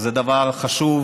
זה דבר חשוב